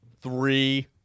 Three